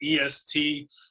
EST